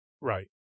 Right